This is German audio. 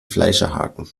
fleischerhaken